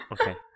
Okay